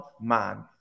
man